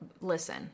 listen